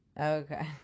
okay